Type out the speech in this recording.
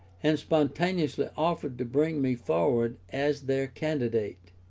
and spontaneously offered to bring me forward as their candidate.